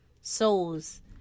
Souls